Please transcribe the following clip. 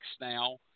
now